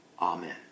Amen